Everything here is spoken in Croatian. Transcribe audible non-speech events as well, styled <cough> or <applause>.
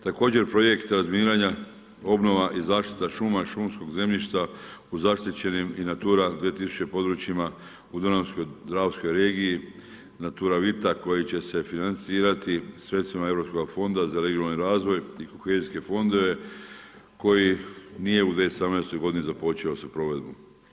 Također projekt razminiranja, obnova i zaštita šuma, šumskog zemljišta u zaštićenim i … <unintelligible> područjima u Dunavsko-dravskoj regiji naturavita koja će se financirati sredstvima Europskoga fonda za regionalni razvoj i kohezijske fondove koji nije u 2017. godini započeo provedbu.